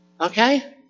Okay